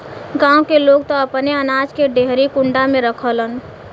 गांव के लोग त अपने अनाज के डेहरी कुंडा में रखलन